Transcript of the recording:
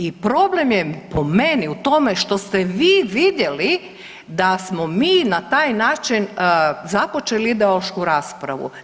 I problem je po meni u tome što ste vi vidjeli da smo mi na taj način započeli ideološku raspravu.